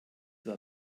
war